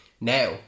now